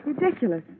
ridiculous